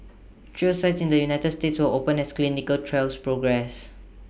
trial sites in the united states will open as clinical trials progress